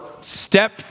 step